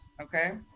okay